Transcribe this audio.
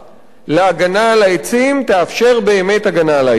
להגנה על העצים תאפשר באמת הגנה על העצים.